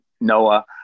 Noah